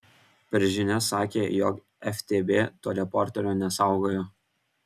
per žinias sakė jog ftb to reporterio nesaugojo